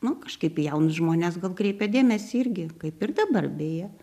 nu kažkaip į jaunus žmones gal kreipia dėmesį irgi kaip ir dabar beje